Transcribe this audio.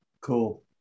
Cool